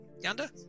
yonder